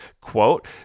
quote